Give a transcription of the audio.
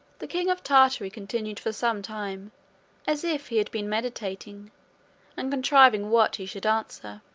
the king of tartary continued for some time as if he had been meditating and contriving what he should answer